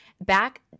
back